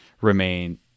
remain